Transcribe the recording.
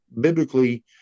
biblically